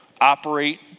operate